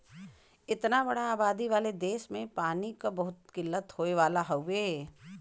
इतना बड़ा आबादी वाला देस में पानी क बहुत किल्लत होए वाला हउवे